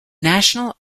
national